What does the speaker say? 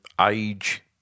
age